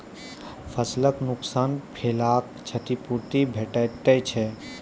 फसलक नुकसान भेलाक क्षतिपूर्ति भेटैत छै?